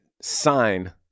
sign